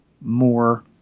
more